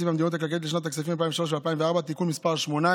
והמדיניות הכלכלית לשנות הכספים 2003 ו-2004) (תיקון מס' 18